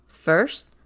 First